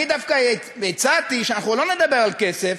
אני דווקא הצעתי שאנחנו לא נדבר על כסף,